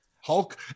Hulk